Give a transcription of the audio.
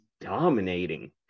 dominating